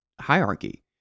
hierarchy